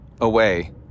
away